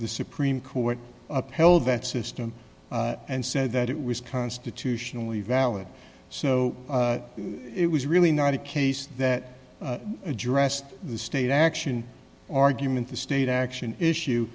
the supreme court upheld that system and said that it was constitutionally valid so it was really not a case that addressed the state action argument the state action issue